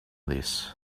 this